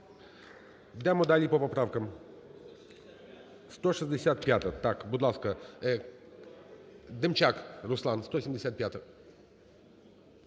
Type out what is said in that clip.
Йдемо далі по поправкам. 165-а. Так, будь ласка, Демчак Руслан, 175-а.